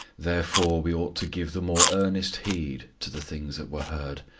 therefore we ought to give the more earnest heed to the things that were heard,